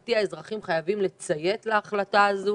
מבחינתי האזרחים חייבים לציית להחלטה הזו